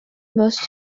most